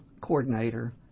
coordinator